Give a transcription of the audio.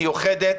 מיוחדת,